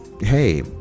hey